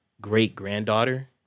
great-granddaughter